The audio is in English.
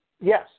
Yes